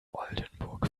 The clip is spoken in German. oldenburg